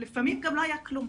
לפעמים גם לא היה כלום.